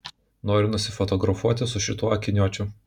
noriu nusifotografuoti su šituo akiniuočiu